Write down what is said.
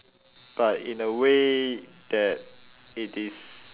but in a way that it is